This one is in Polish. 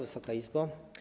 Wysoka Izbo!